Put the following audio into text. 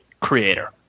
creator